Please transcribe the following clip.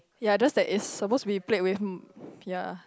ya just that is supposed to be played with ya